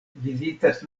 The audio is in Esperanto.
vizitas